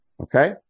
Okay